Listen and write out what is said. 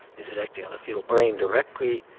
is it acting on the foetal brain directly?